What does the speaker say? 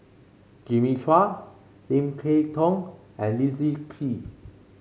Jimmy Chua Lim Kay Tong and Leslie Kee